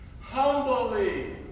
Humbly